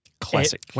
Classic